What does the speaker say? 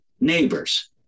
neighbors